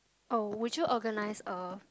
orh would you organize a